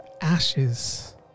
ashes